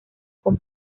con